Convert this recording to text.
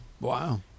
Wow